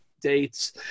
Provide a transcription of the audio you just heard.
dates